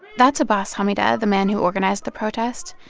that's abbas hamideh, the man who organized the protest.